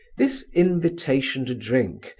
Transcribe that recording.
this invitation to drink,